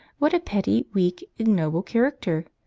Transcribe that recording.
what a petty, weak, ignoble character!